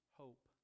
hope